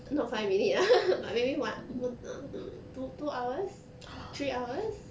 not five minutes lah but maybe one~ on~ one~ on~ two~ two hours three hours